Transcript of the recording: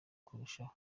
kurushaho